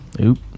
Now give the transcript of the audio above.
Oop